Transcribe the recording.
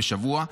בשבוע,